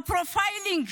הפרופיילינג,